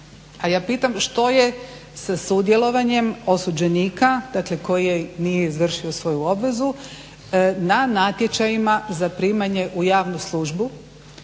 a ja pitam što je sa sudjelovanjem osuđenika, dakle koji nije izvršio svoju obvezu na natječajima za primanje u javnu službu,